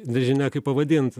nežinia kaip pavadint